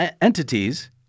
entities